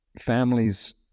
families